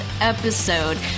episode